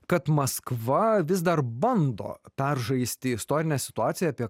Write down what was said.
kad maskva vis dar bando peržaisti istorinę situaciją apie